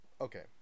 okay